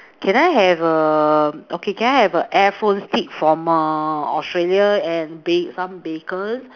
can I have um okay can I have a air flown steak from err Australia and ba~ some bacon